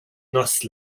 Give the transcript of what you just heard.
noce